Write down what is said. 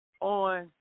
on